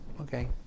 Okay